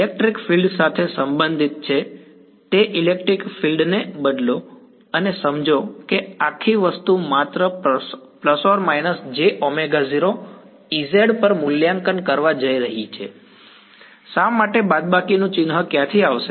electric field સાથે સંબંધિત છે તે ઇલેક્ટ્રિક ફિલ્ડને બદલો અને સમજો કે આ આખી વસ્તુ માત્ર ± jω0Ez પર મૂલ્યાંકન કરવા જઈ રહી છે શા માટે બાદબાકીનું ચિહ્ન ક્યાંથી આવશે